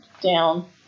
down